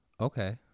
Okay